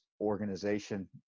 organization